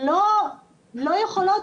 לא יכולות,